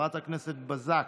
חברת הכנסת בזק,